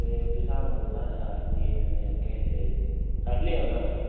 ते तुसे औना कुत्थै आड़तियै कन्नै केह् आखदे फरले औना तुसे